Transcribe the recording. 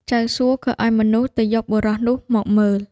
ចៅសួក៏ឱ្យមនុស្សទៅយកបុរសនោះមកមើល។